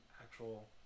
actual